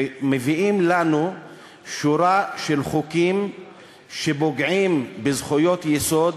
ומביאים לנו שורה של חוקים שפוגעים בזכויות יסוד,